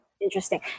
interesting